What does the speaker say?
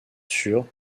sur